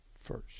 first